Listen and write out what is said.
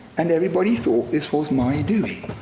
and everybody thought this was my doing.